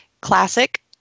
classic